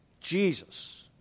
Jesus